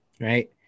right